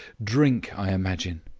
drink, i imagine.